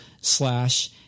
slash